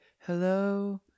Hello